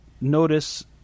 notice